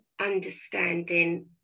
understanding